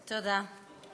תודה.